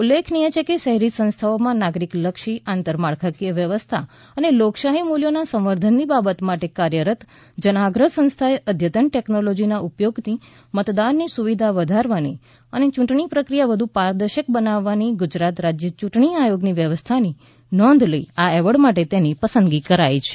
ઉલ્લેખનીય છે કે શહેરી સંસ્થાઓમાં નાગરિક લક્ષી આંતરમાળખાકીય વ્યવસ્થા અને લોકશાહી મૂલ્યોના સંવર્ધનની બાબતો માટે કાર્યરત જનાગ્રહ સંસ્થાએ અધતન ટેકનોલોજીના ઉપયોગની મતદારોની સુવિધા વધારવાની અને ચૂંટણી પ્રક્રિયા વધુ પારદર્શક બનાવવાની ગુજરાત રાજ્ય ચૂંટણી આયોગની વ્યવસ્થાની નોંધ લઈ આ એવોર્ડ માટે તેની પસંદગી કરાઈ છે